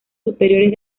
superiores